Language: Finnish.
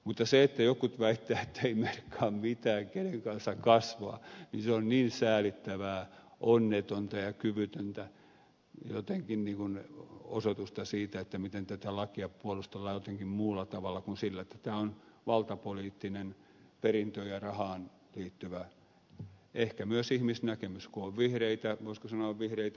mutta se että jotkut väittävät ettei merkkaa mitään kenen kanssa kasvaa niin se on jotenkin niin säälittävää onnetonta ja kyvytöntä osoitusta siitä miten tätä lakia puolustellaan jotenkin muulla tavalla kuin sillä että tämä on valtapoliittinen perintöön ja rahaan liittyvä näkemys ehkä myös ihmisnäkemys kun on vihreitä voisiko sanoa vihreitä